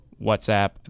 WhatsApp